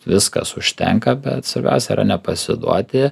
viskas užtenka bet svarbiausia yra nepasiduoti